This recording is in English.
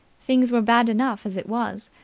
things were bad enough as it was,